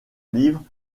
livres